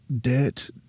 Debt